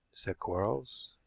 said quarles.